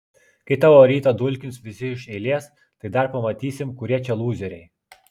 kai tavo rytą dulkins visi iš eilės tai dar pamatysim kurie čia lūzeriai